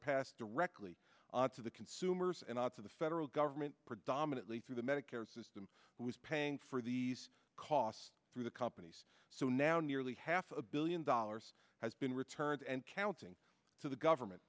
passed directly to the consumers and outs of the federal government predominantly through the medicare system that was paying for these costs through the companies so now nearly half a billion dollars has been returned and counting to the government